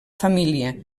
família